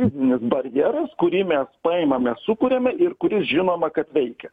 fizinis barjeras kurį mes paimame sukuriame ir kuris žinoma kad veikia